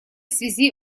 связи